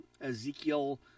Ezekiel